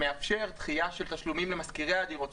מאפשר דחייה של תשלומים למשכירי הדירות,